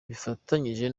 bifatanyije